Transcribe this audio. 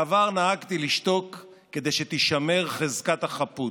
בעבר נהגתי לשתוק כדי שתישמר חזקת החפות,